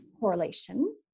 correlation